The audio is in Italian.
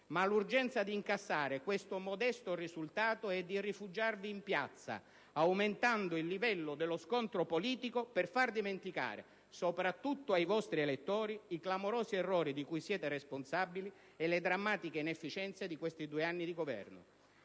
ma l'urgenza di incassare questo modesto risultato e di rifugiarvi in piazza, aumentando il livello dello scontro politico per far dimenticare, soprattutto ai vostri elettori, i clamorosi errori di cui siete responsabili e le drammatiche inefficienze di questi due anni di Governo.